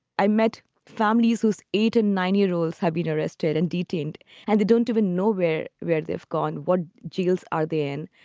i met families whose eight and nine year olds have been arrested and detained and they don't even know where where they've gone. what jails are they in?